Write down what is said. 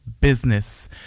business